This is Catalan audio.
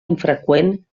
infreqüent